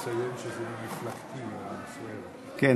כן,